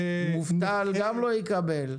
מובטל, גם לא יקבל.